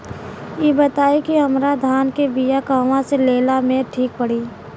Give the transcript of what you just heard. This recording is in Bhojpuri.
इ बताईं की हमरा धान के बिया कहवा से लेला मे ठीक पड़ी?